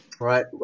right